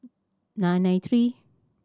nine nine three